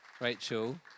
Rachel